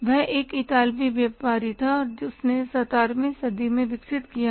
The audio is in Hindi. वह एक इतालवी व्यापारी था और उसने 17वी सदी में विकसित किया था